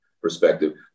perspective